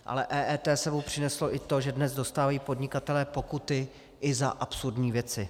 Ale EET s sebou přineslo i to, že dnes dostávají podnikatelé pokuty i za absurdní věci.